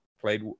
played